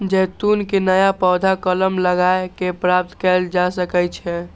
जैतून के नया पौधा कलम लगाए कें प्राप्त कैल जा सकै छै